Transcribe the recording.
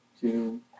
two